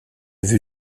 vue